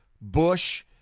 Bush